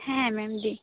হ্যাঁ ম্যাম দিই